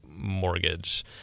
mortgage